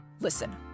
Listen